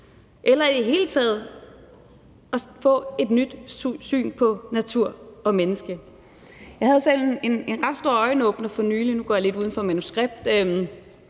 eller i det hele taget at få et nyt syn på natur og menneske? Jeg havde selv en ret stor øjenåbner for nylig – og nu går jeg lidt uden for manuskriptet